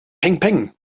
pengpeng